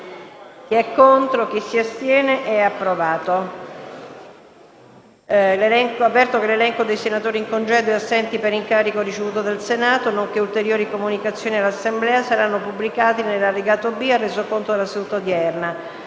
"Il link apre una nuova finestra"). L'elenco dei senatori in congedo e assenti per incarico ricevuto dal Senato, nonché ulteriori comunicazioni all'Assemblea saranno pubblicati nell'allegato B al Resoconto della seduta odierna.